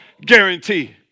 guarantee